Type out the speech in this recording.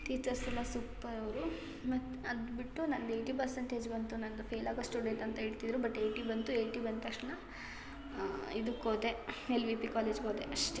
teachers ಎಲ್ಲ super ಅವರು ಮತ್ತು ಅದು ಬಿಟ್ಟು ನಂದು ಏಯ್ಟಿ ಪರ್ಸಂಟೇಜ್ ಬಂತು ನನ್ನದು ಫೇಲಾಗೋ ಸ್ಟೂಡೆಂಟ್ ಅಂತ ಹೇಳ್ತಿದ್ರು ಬಟ್ ಏಯ್ಟಿ ಬಂತು ಏಯ್ಟಿ ಬಂದ ತಕ್ಷಣ ಇದಕ್ಕೆ ಹೋದೆ ಎಲ್ ವಿ ಪಿ ಕಾಲೇಜ್ಗೋದೆ ಅಷ್ಟೇ